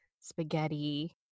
spaghetti